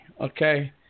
Okay